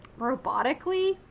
robotically